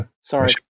Sorry